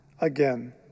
Again